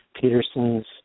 Peterson's